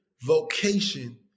vocation